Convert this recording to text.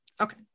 Okay